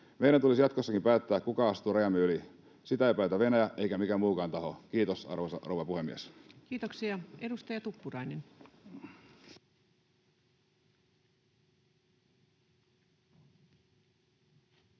Meidän tulisi jatkossakin päättää, kuka astuu rajamme yli. Sitä ei päätä Venäjä eikä mikään muukaan taho. — Kiitos, arvoisa rouva puhemies. [Speech 190] Speaker: